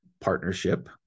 Partnership